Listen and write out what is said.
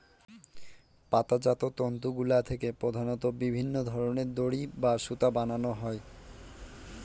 পাতাজাত তন্তুগুলা থেকে প্রধানত বিভিন্ন ধরনের দড়ি বা সুতা বানানো হয়